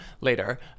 later